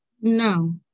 No